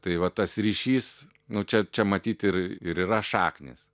tai va tas ryšys nu čia čia matyt ir ir yra šaknys